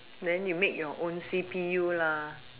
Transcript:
then you make your own C_P_U lah